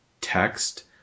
text